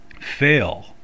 fail